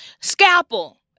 Scalpel